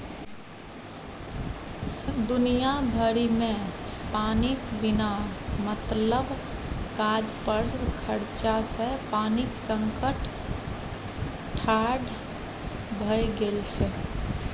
दुनिया भरिमे पानिक बिना मतलब काज पर खरचा सँ पानिक संकट ठाढ़ भए गेल छै